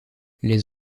les